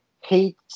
hate